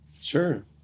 Sure